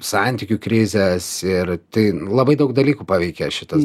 santykių krizės ir tai labai daug dalykų paveikė šitas